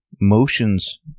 motions